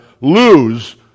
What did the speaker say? lose